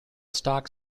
stock